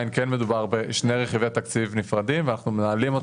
ספציפית התקציב הזה שאנחנו מפחיתים,